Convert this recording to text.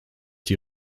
die